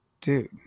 Dude